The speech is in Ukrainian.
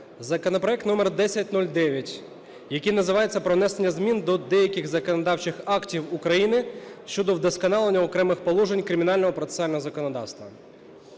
законопроект номер 1009, який називається "Про внесення змін до деяких законодавчих актів України щодо вдосконалення окремих положень кримінального процесуального законодавства".